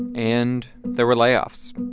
and there were layoffs.